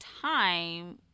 time